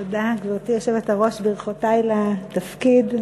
תודה, גברתי היושבת-ראש, ברכותי לתפקיד.